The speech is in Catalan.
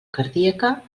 cardíaca